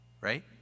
right